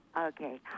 Okay